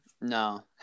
No